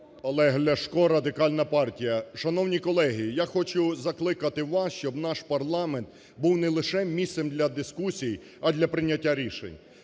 Олег Ляшко, Радикальна партія. Шановні колеги, я хочу закликати вас, щоб наш парламент був не лише місцем для дискусій, а для прийняття рішень.